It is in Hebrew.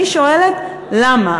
אני שואלת: למה?